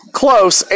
close